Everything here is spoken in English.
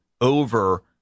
over